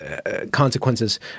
consequences